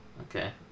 Okay